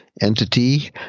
entity